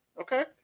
okay